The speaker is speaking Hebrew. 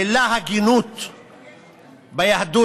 המילה הגינות ביהדות,